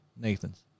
Nathan's